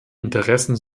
interessen